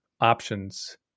options